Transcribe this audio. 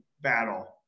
battle